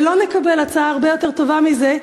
ולא נקבל הצעה הרבה יותר טובה מזאת.